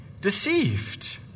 deceived